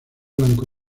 blanco